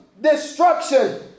destruction